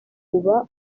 uba